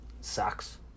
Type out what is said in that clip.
Sucks